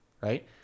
right